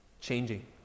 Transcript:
changing